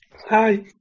Hi